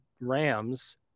Rams